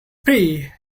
free